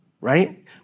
Right